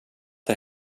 det